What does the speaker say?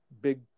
big